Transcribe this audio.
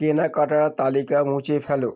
কেনাকাটার তালিকা মুছে ফেলো